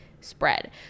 spread